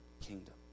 kingdom